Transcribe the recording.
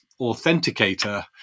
authenticator